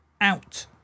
out